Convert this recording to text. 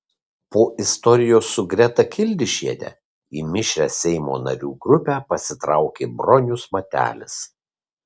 po istorijos su greta kildišiene į mišrią seimo narių grupę pasitraukė bronius matelis